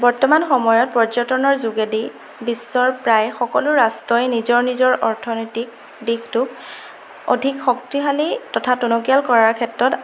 বৰ্তমান সময়ত পৰ্যটনৰ যোগেদি বিশ্বৰ প্ৰায় সকলো ৰাষ্ট্ৰই নিজৰ নিজৰ অৰ্থনৈতিক দিশটোক অধিক শক্তিশালী তথা টনকিয়াল কৰাৰ ক্ষেত্ৰত